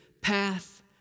path